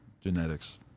Genetics